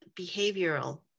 behavioral